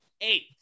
eight